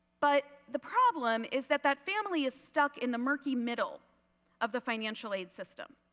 but the problem is that that family is stuck in the murky middle of the financial aid system.